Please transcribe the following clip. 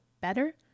better